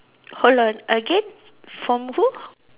hold on again from who